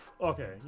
okay